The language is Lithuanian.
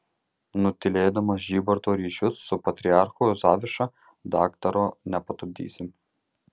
nutylėdamas žybarto ryšius su patriarchu zaviša daktaro nepatupdysi